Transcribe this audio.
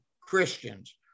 Christians